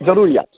जरूर या